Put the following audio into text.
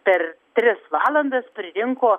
per tris valandas pririnko